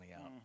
out